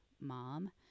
mom